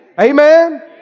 Amen